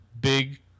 big